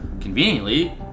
conveniently